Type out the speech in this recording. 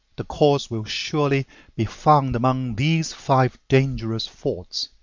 the cause will surely be found among these five dangerous faults.